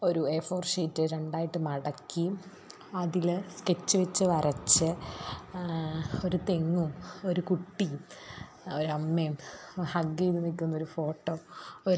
ഒരു A four sheet രണ്ടായിട്ട് മടക്കി അതിൽ സ്കെച്ച് വെച്ചു വരച്ചു ഒരു തെങ്ങും ഒരു കുട്ടിയും ഒരു അമ്മയും ഹഗ്ഗ് ചെയ്തു നിൽക്കുന്നൊരു ഫോട്ടോ ഒരു